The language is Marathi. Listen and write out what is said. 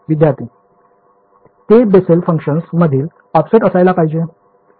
विद्यार्थी ते बेसेल फंकशन मधील ऑफसेट असायला पाहिजे